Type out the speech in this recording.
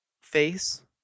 face